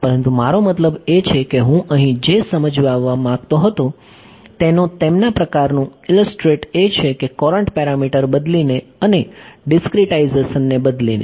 પરંતુ મારો મતલબ એ છે કે હું અહીં જે સમજાવવા માંગતો હતો તેનો તેમના પ્રકારનું ઇલસ્ટ્રેટ એ છે કે કોરંટ પેરામીટર બદલીને અને ડીસ્ક્રીટાઇઝેશનને બદલીને